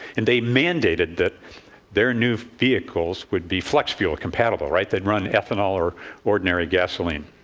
and they mandated that their new vehicles would be flex-fuel compatible, right? they'd run ethanol or ordinary gasoline.